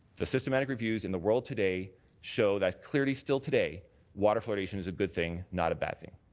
the systematic reviews in the world today show that clearly still today water fluoridation is a good thing, not a bad thing.